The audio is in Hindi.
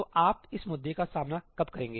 तो आप इस मुद्दे का सामना कब करेंगे